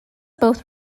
both